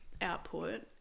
output